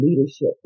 leadership